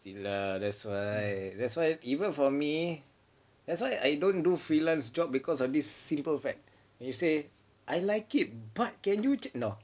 itu lah that's why that's why even for me that's why I don't do freelance job because of this simple fact when you say I like it but can you no